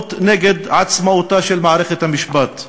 לרבות נגד עצמאותה של מערכת המשפט.